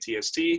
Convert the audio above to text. tst